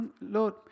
Lord